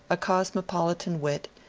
a cosmopolitan wit,